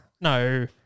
No